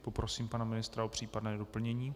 Poprosím pana ministra o případné doplnění.